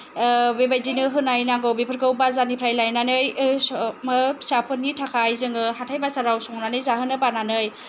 बेबायदिनो होलायनांगौ बेफोरखौ बाजारनिफ्राय लायनानै फिसाफोरनि थाखाय जोङो हाथाय बाजाराव संनानै जाहोनो बानानै